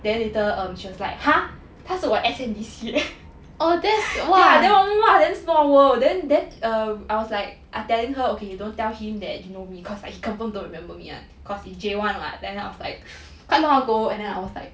then um she was like !huh! 他是我 S_N_D_C leh then 我们 !wah! damn small world then um I was like are telling her okay you don't tell him that you know me cause I he confirm don't remember me [one] cause in J one [what] then after I'm like quite long ago and then I was like